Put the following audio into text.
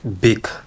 big